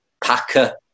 Packer